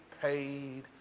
paid